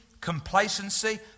complacency